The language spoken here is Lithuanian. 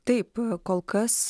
taip kol kas